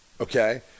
okay